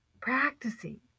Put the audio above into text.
practicing